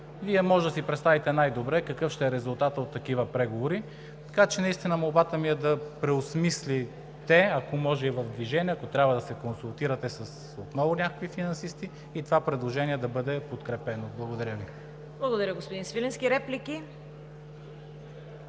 Вие може да си представите най-добре какъв ще е резултатът от такива преговори. Така че наистина молбата ми е да преосмислите, ако може и в движение, ако трябва да се консултирате отново с някои финансисти и това предложение да бъде подкрепено. Благодаря Ви. ПРЕДСЕДАТЕЛ ЦВЕТА КАРАЯНЧЕВА: Благодаря, господин Свиленски. Реплики?